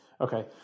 Okay